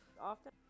often